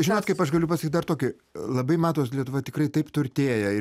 žinot kaip aš galiu pasakyt dar tokį labai matos lietuva tikrai taip turtėja ir jau